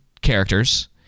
characters